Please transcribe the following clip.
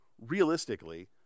realistically